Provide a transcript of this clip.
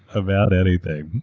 about anything.